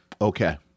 Okay